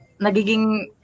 nagiging